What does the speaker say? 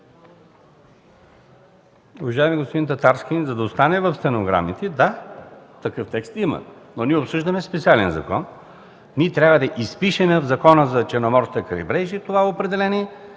Уважаеми господин Татарски, за да остане в стенограмите – да, такъв текст има, но ние обсъждаме специален закон. Ние трябва да изпишем в Закона за Черноморското крайбрежие това определение